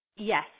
Yes